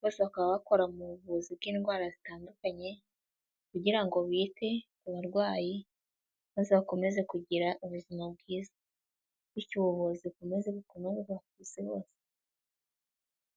bose bakaba bakora mu buvuzi bw'indwara zitandukanye kugira ngo bite ku barwayi, maze bakomeze kugira ubuzima bwiza, bityo ubuvuzi bukomeze kunozwa ku Isi hose.